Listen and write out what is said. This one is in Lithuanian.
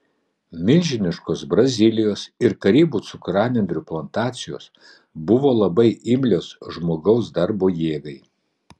milžiniškos brazilijos ir karibų cukranendrių plantacijos buvo labai imlios žmogaus darbo jėgai